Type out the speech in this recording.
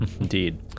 Indeed